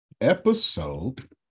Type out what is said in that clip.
episode